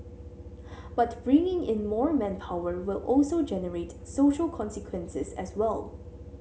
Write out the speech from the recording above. but bringing in more manpower will also generate social consequences as well